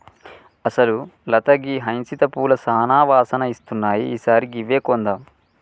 అసలు లత గీ హైసింత పూలు సానా వాసన ఇస్తున్నాయి ఈ సారి గివ్వే కొందాం